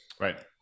right